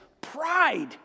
Pride